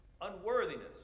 unworthiness